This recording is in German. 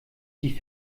die